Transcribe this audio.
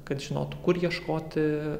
kad žinotų kur ieškoti